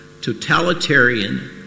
totalitarian